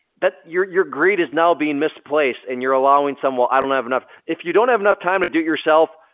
your your greed is now being misplaced and you're allowing someone, i don't have enough, if you don't have enough time to do it yourself,